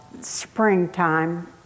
springtime